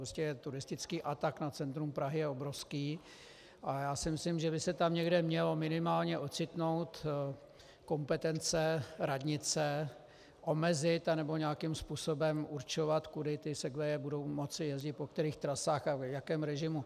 Prostě turistický atak na centrum Prahy je obrovský a já si myslím, že by se tam někde měly minimálně ocitnout kompetence radnice omezit nebo nějakým způsobem určovat, kudy segwaye budou moci jezdit, po kterých trasách a v jakém režimu.